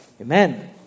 amen